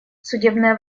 судебная